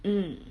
mm